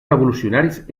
revolucionaris